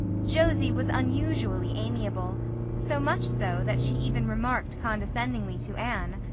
josie was unusually amiable so much so that she even remarked condescendingly to anne,